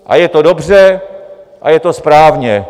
A je to dobře a je to správně.